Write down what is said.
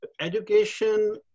Education